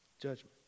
judgment